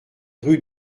rue